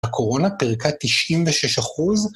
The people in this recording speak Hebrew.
הקורונה פירקה 96 אחוז.